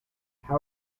how